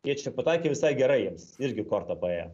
jie čia pataikė visai gerai jiems irgi korta paėjo